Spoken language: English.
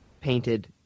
painted